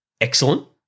excellent